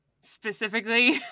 specifically